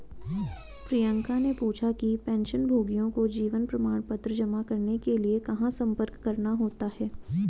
प्रियंका ने पूछा कि पेंशनभोगियों को जीवन प्रमाण पत्र जमा करने के लिए कहाँ संपर्क करना होता है?